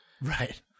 right